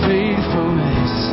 Faithfulness